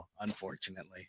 unfortunately